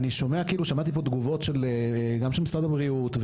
שמעתי פה תגובות גם של משרד הבריאות,